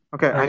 Okay, (